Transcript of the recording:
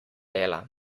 dela